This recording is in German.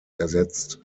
ersetzt